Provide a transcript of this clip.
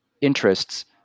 interests